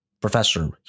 Professor